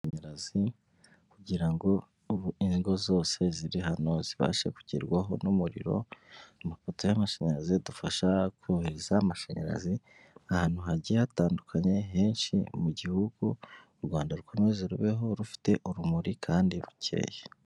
Amashanyarazi kugira ngo, ingo zose ziri hano zibashe kugerwaho n'umuriro, amapoto y'amashanyarazi adufasha kohereza amashanyarazi ahantu hagiye hatandukanye henshi mu gihugu, u Rwanda rukomeze rubeho rufite urumuriro kandi rukeye.